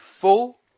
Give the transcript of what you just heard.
full